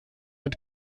mit